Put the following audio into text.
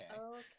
Okay